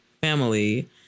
family